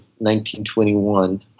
1921